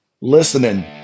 listening